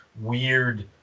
weird